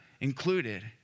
included